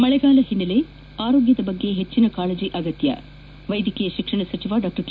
ಮಳೆಗಾಲ ಹಿನ್ನೆಲೆ ಆರೋಗ್ದದ ಬಗ್ಗೆ ಹೆಚ್ಚನ ಕಾಳಜಿ ಅಗತ್ತ ವೈದ್ವಕೀಯ ಶಿಕ್ಷಣ ಸಚಿವ ಡಾ ಕೆ